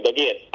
Again